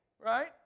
Right